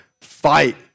fight